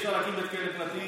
אי-אפשר להקים בית כלא פרטי,